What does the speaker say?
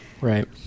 Right